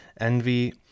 Envy